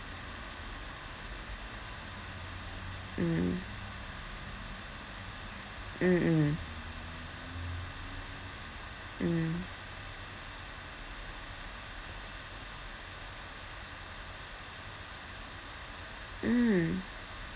mm mm mm mm